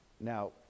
now